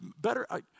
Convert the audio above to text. better